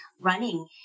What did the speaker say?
running